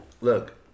look